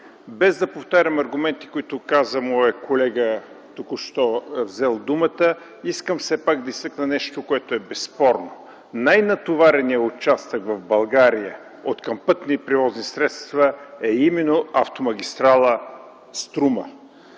Без да повтарям аргументите, които каза моят колега Захов, току-що взимал думата, искам да изтъкна нещо все пак безспорно. Най-натовареният участък в България откъм пътни превозни средства е именно автомагистрала „Струма”.